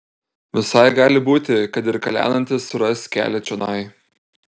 visai gali būti kad ir kalenantis suras kelią čionai